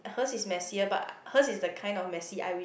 hers is messier but hers is the kind of messy I wish I